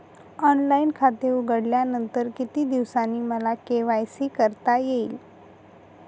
Online खाते उघडल्यानंतर किती दिवसांनी मला के.वाय.सी करता येईल?